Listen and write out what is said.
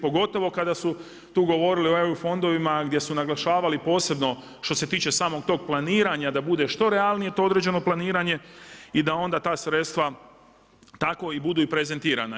Pogotovo kada su to govorili o EU fondovima gdje su naglašavali posebno što se tiče samog tog planiranja da bude što realnije to određeno planiranje i da onda ta sredstva tako budu i prezentirana.